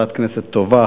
חברת כנסת טובה,